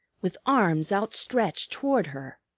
with arms outstretched toward her.